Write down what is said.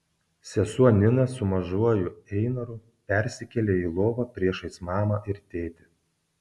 sesuo nina su mažuoju einaru persikėlė į lovą priešais mamą ir tėtį